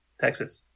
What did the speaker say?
Texas